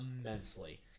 immensely